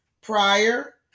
prior